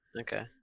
Okay